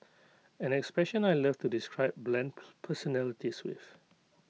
an expression I love to describe bland personalities with